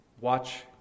watch